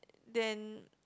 than